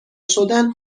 شدن